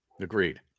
Agreed